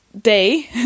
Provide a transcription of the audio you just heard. day